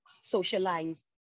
socialize